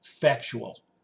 factual